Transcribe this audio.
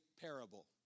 parable